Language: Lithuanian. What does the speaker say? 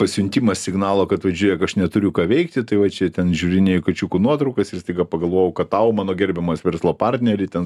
pasiuntimas signalo kad vat žiūrėk aš neturiu ką veikti tai va čia ten žiūrinėjau kačiukų nuotraukas ir staiga pagalvojau kad tau mano gerbiamas verslo partneri ten